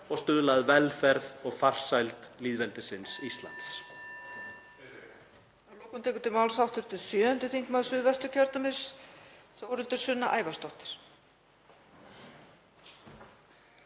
og stuðla að velferð og farsæld lýðveldisins Íslands.